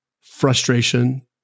frustration